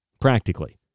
Practically